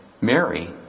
Mary